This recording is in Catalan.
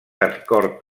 acord